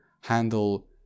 handle